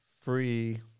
Free